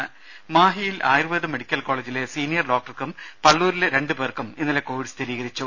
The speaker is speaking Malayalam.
രുമ മാഹിയിൽ ആയുർവേദ മെഡിക്കൽ കോളേജിലെ സീനിയർ ഡോക്ടർക്കും പള്ളൂരിലെ രണ്ടുപേർക്കും ഇന്നലെ കോവിഡ് സ്ഥിരീകരിച്ചു